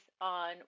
on